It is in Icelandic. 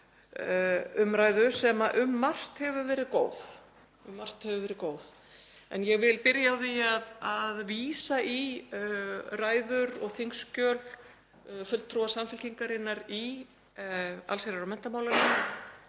umræðu sem um margt hefur verið góð. En ég vil byrja á því að vísa í ræður og þingskjöl fulltrúa Samfylkingarinnar í allsherjar- og menntamálanefnd,